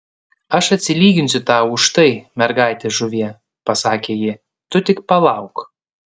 aš atsilyginsiu tau už tai mergaite žuvie pasakė ji tu tik palauk